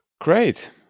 Great